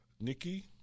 Nikki